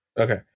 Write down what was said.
Okay